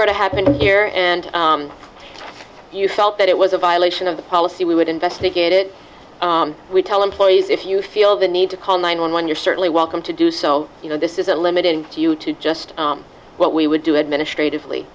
were to happen here and you felt that it was a violation of the policy we would investigate it we tell employees if you feel the need to call nine one one you're certainly welcome to do so you know this isn't limited to you to just what we would do administrative